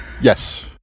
Yes